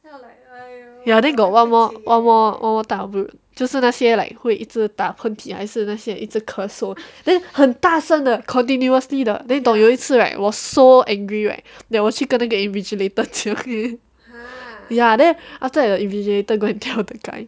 ya then got one more one more tak bol~ 就是那些 like 会一直打喷嚏还是那些一直咳嗽 then 很大声的 continuously 的 then 懂有一次 right was so angry right then 我去跟那个 invigilator 讲 eh ya then after that the invigilator go and tell the guy